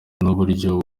n’uburyo